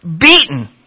beaten